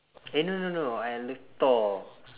eh no no no I like thor